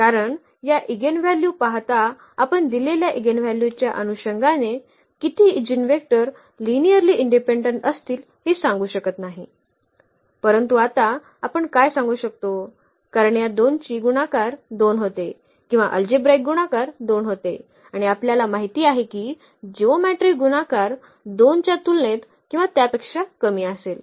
कारण हा इगेनव्हॅल्यू पाहता आपण दिलेल्या इगेनव्हॅल्यूच्या अनुषंगाने किती ईजीनवेक्टर लिनिअर्ली इंडिपेंडेंट असतील हे सांगू शकत नाही परंतु आता आपण काय सांगू शकतो कारण या 2 ची गुणाकार 2 होतो किंवा अल्जेब्राईक गुणाकार 2 होते आणि आपल्याला माहित आहे की जिओमेट्रीक गुणाकार 2 च्या तुलनेत किंवा त्यापेक्षा कमी असेल